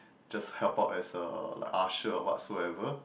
just help out as a usher or whatsoever